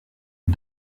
les